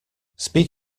speak